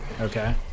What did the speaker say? Okay